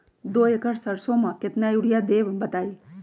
दो एकड़ सरसो म केतना यूरिया देब बताई?